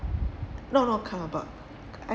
no no kallang airport